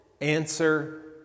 answer